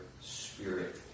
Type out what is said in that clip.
spirit